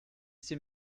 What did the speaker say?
ces